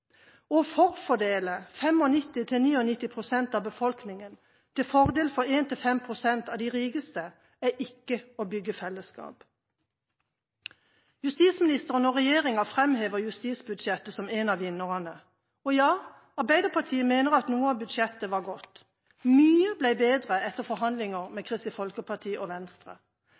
Å forfordele 95–99 pst. av befolkningen til fordel for 1–5 pst. av de rikeste er ikke å bygge fellesskap. Justisministeren og regjeringa framhever justisbudsjettet som en av vinnerne. Ja, Arbeiderpartiet mener at noe av budsjettet var godt. Mye ble bedre etter forhandlinger med Kristelig Folkeparti og Venstre.